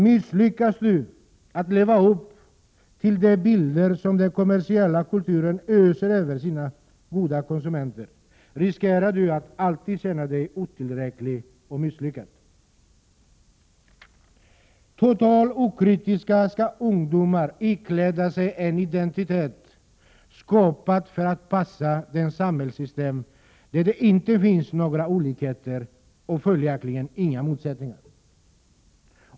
Misslyckas du med att leva upp till de bilder som den kommersiella kulturen öser över sina goda konsumenter riskerar du att alltid känna dig otillräcklig och misslyckad. Totalt okritiska skall ungdomar ikläda sig en identitet, skapad för att passa det samhällssystem där det inte finns några olikheter och följaktligen inga motsättningar.